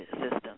system